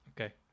Okay